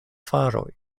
faroj